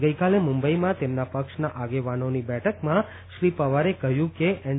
ગઇકાલે મુંબઇમાં તેમના પક્ષના આગેવાનોની બેઠકમાં શ્રી પવારે કહ્યું કે એન